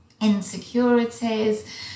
insecurities